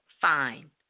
fine